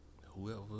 whoever